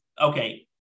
Okay